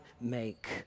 make